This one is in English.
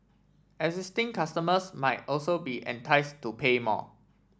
existing customers might also be entice to pay more